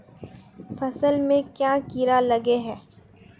फसल में क्याँ कीड़ा लागे है?